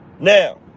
Now